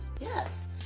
Yes